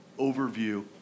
overview